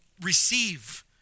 receive